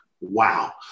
wow